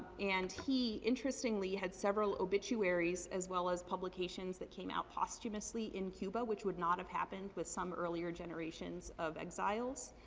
and he, interestingly, had several obituaries as well as publications that came out posthumously, in cuba, which would not have happened with some earlier generations of exiles.